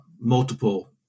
multiple